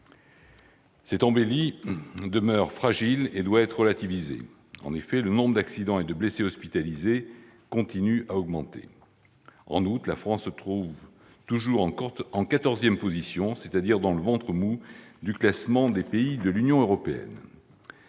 cette embellie demeure fragile et doit être relativisée. En effet, le nombre d'accidents et de blessés hospitalisés continue d'augmenter. En outre, la France se trouve toujours en quatorzième position, c'est-à-dire dans le « ventre mou » du classement des pays de l'Union européenne.